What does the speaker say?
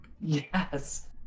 Yes